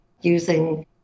using